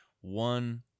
One